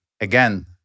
again